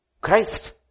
Christ